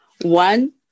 one